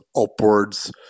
upwards